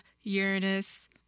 Uranus